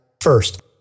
first